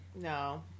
No